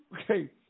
okay